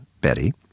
Betty